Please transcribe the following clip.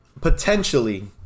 potentially